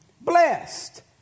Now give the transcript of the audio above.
Blessed